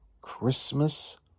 Christmas